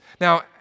Now